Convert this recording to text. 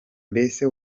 mbese